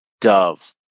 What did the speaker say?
Dove